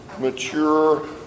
mature